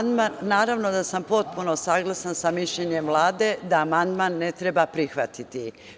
Naravno da sam potpuno saglasna sa mišljenjem Vlade da amandman ne treba prihvatiti.